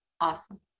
Awesome